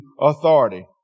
authority